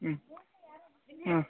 ಹ್ಞೂ ಹ್ಞೂ